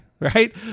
right